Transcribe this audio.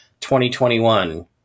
2021